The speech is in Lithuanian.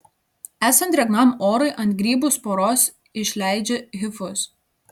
esant drėgnam orui ant grybų sporos išleidžia hifus